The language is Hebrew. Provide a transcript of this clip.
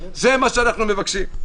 זה מה שאנחנו מבקשים.